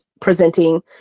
presenting